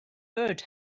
bird